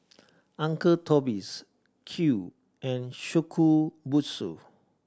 Uncle Toby's Qoo and Shokubutsu